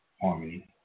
harmony